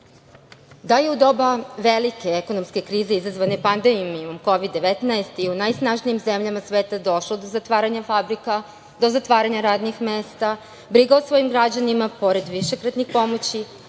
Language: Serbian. je u doba velike ekonomske krize izazvane pandemijom Kovid - 19 i u najsnažnijim zemljama sveta došlo do zatvaranja fabrika, do zatvaranja radnih mesta, briga o svojim građanima, pored višekratnih pomoći,